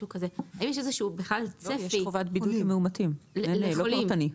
יש חובת בידוד למאומתים שהיא לא פרטנית.